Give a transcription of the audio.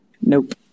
Nope